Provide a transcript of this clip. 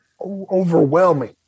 overwhelming